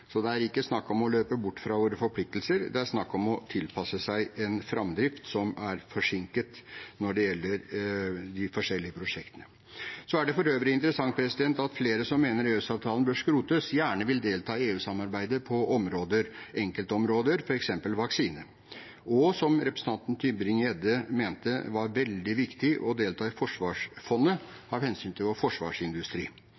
Så det er ikke snakk om å løpe bort fra våre forpliktelser, det er snakk om å tilpasse seg en framdrift som er forsinket når det gjelder de forskjellige prosjektene. Det er for øvrig interessant at flere som mener at EØS-avtalen bør skrotes, gjerne vil delta i EU-samarbeidet på enkeltområder, f.eks. vaksine. Og representanten Tybring-Gjedde mente det var veldig viktig å delta i